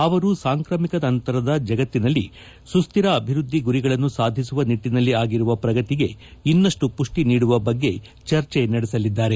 ಅವರು ಸಾಂಕ್ರಾಮಿಕ ನಂತರದ ಜಗತ್ತಿನಲ್ಲಿ ಸುಸ್ಟಿರ ಅಭಿವೃದ್ದಿ ಗುರಿಗಳನ್ನು ಸಾಧಿಸುವ ನಿಟ್ಟನಲ್ಲಿ ಆಗಿರುವ ಪ್ರಗತಿಗೆ ಇನ್ನಷ್ಟು ಪುಪ್ಪಿ ನೀಡುವ ಬಗ್ಗೆ ಚರ್ಚೆ ನಡೆಸಲಿದ್ದಾರೆ